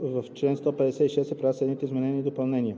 В чл. 62 се правят следните изменения и допълнения: